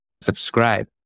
subscribe